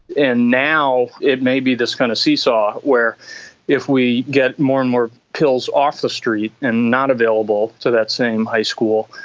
and now it may be this kind of seesaw where if we get more and more pills off the street and not available to that same high school,